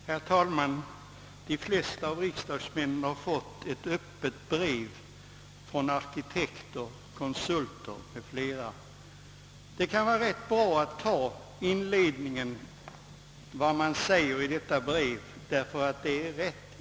Herr talman! De flesta riksdagsmän har fått ett öppet brev från arkitekter, konsulter m.fl. och det är intressant att konstatera vad som här skrivs.